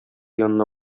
янына